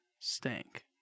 Stank